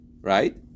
right